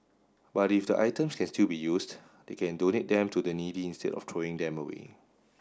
but if the items can still be used they can donate them to the needy instead of throwing them away